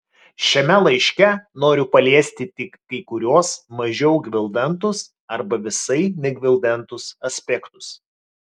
šiame laiške noriu paliesti tik kai kuriuos mažiau gvildentus arba visai negvildentus aspektus